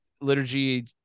liturgy